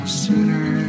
sooner